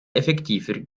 effektiver